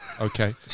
Okay